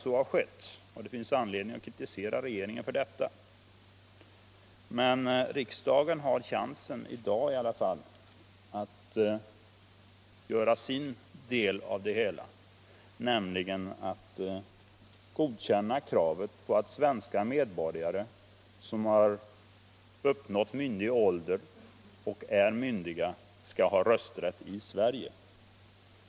Det finns anledning att kritisera regeringen för denna, men riksdagen har i dag chansen att fullgöra sin del av behandlingen, nämligen genom att godkänna kravet på att svenska medborgare som har uppnått myndig ålder och är myndiga skall ha rösträtt i Sverige.